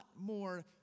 more